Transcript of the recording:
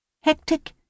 Hectic